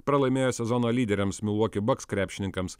pralaimėjo sezono lyderiams milwaukee bucks krepšininkams